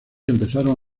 empezaron